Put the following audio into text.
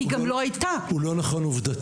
היא גם לא הייתה הוא לא נכון עובדתית?